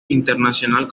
internacional